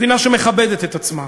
מדינה שמכבדת את עצמה,